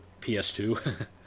PS2